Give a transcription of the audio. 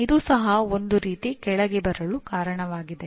ಇದು ಸಹ ಒಂದು ರೀತಿ ಕೆಳಗೆ ಬರಲು ಕಾರಣವಾಗಿದೆ